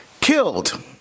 killed